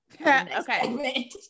Okay